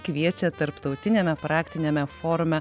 kviečia tarptautiniame praktiniame forume